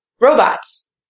Robots